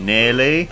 Nearly